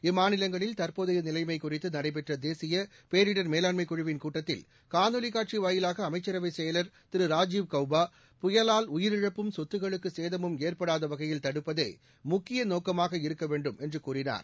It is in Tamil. இம்மாநிலங்களில் தற்போதைய நிலைமை குறித்து நடைபெற்ற தேசிய பேரிடர் மேலாண்மை குழுவின் கூட்டத்தில் காணொலி காட்சி வாயிலாக அமைச்சரவை செயல் திரு ராஜீவ் கவுபா புயலால் உயிரிழப்பும் சொத்துக்களுக்கு சேதமும் ஏற்படாத வகையில் தடுப்பதே முக்கிய நோக்கமாக இருக்க வேண்டும் என்று கூறினார்